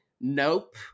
nope